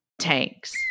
tanks